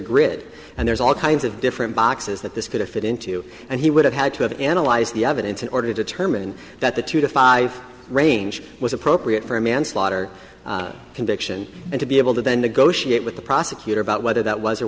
grid and there's all kinds of different boxes that this could have fit into and he would have had to have analyzed the evidence in order to determine that the two to five range was appropriate for a manslaughter conviction and to be able to then negotiate with the prosecutor about whether that was